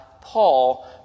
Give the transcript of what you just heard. Paul